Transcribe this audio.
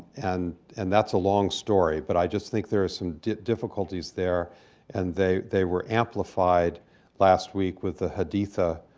and and that's a long story, but i just think there are some difficulties there and they they were amplified last week with the haditha